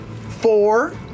Four